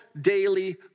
daily